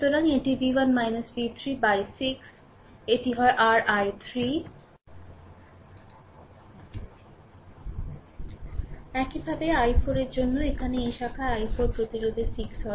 সুতরাং এটি v1 v3 6 এটি হয় r i3 একইভাবে i4 এর জন্য এখানে এই শাখায় i4 প্রতিরোধের 6 হয়